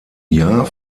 jahr